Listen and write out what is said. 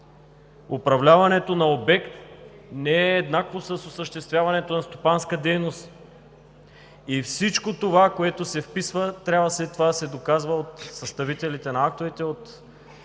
Управляването на обект не е еднакво с осъществяването на стопанска дейност и всичко това, което се вписва, трябва след това да се доказва от съставителите на актовете в